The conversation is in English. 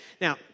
Now